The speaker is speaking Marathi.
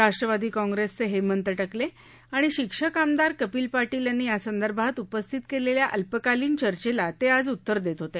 राष्ट्रवादी काँप्रेसचे हेमंत टकले आणि शिक्षक आमदार कपिल पाटील यांनी यासंदर्भात उपस्थित केलेल्या अल्पकालीन चर्चेला ते आज उत्तर देत होते